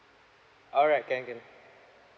alright can can